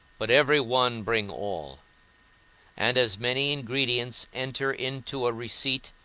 but every one bring all and as many ingredients enter into a receipt,